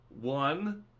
One